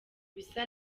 bisa